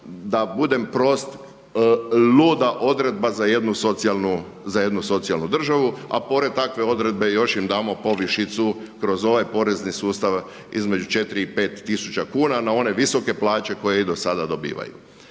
da budem prost luda odredba za jednu socijalnu državu, a pored takve odredbe još im damo povišicu kroz ovaj porezni sustav između 4 i 5 tisuća kuna na one visoke plaće koje i do sada dobivaju.